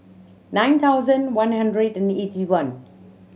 nine thousand one hundred and eighty one